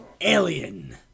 Alien